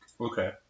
Okay